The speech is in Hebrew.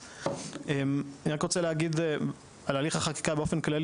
אני רק רוצה להגיד על הליך החקיקה באופן כללי.